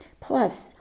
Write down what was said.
Plus